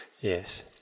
yes